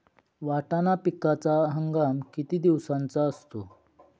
वाटाणा पिकाचा हंगाम किती दिवसांचा असतो?